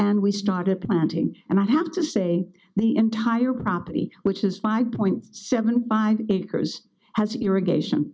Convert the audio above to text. and we started planting and i have to say the entire property which is five point seven five acres has irrigation